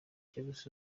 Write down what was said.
james